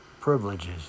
privileges